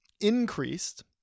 increased